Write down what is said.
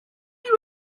you